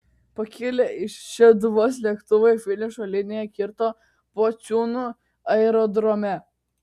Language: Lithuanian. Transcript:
pakilę iš šeduvos lėktuvai finišo liniją kirto pociūnų aerodrome